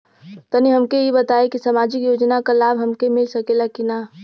तनि हमके इ बताईं की सामाजिक योजना क लाभ हमके मिल सकेला की ना?